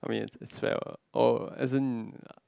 I mean it's it's fair [what] oh as in